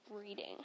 reading